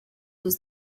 was